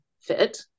fit